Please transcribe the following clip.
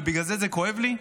ובגלל זה זה כואב לי,